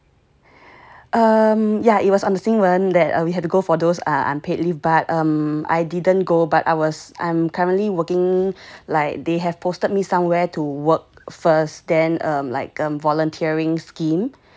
um yeah it was on the 新闻 that we had to go for those uh unpaid leave but um I didn't go but I was I'm currently working like they have posted me somewhere to work first then um like um volunteering scheme